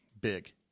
big